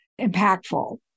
impactful